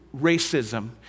racism